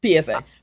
PSA